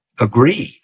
agreed